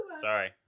Sorry